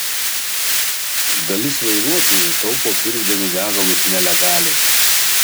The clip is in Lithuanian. dalis vairuotojų taupo pirkdami degalus nelegaliai